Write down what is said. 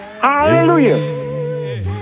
Hallelujah